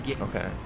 Okay